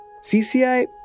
CCI